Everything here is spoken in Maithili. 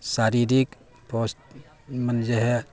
शारीरिक मने जे हइ